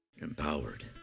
Empowered